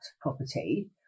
property